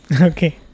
okay